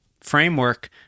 framework